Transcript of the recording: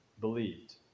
believed